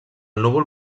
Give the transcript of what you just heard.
núvol